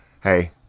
hey